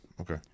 Okay